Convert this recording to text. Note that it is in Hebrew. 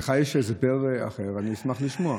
אם לך יש הסבר אחר, אני אשמח לשמוע.